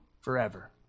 forever